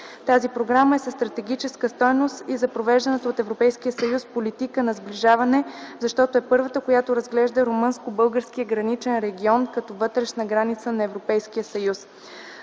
Тази Програма е със стратегическа стойност и за провежданата от Европейския съюз политика на сближаване, защото е първата, която разглежда румънско-българския граничен регион като вътрешна граница на Европейския съюз.